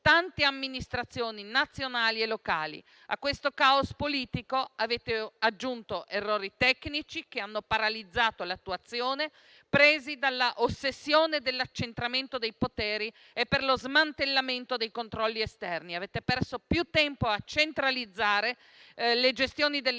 tante amministrazioni nazionali e locali. A questo caos politico avete aggiunto errori tecnici che hanno paralizzato l'attuazione, presi dall'ossessione dell'accentramento dei poteri e per lo smantellamento dei controlli esterni. Avete perso più tempo a centralizzare le gestioni delle